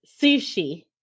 sushi